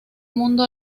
mundo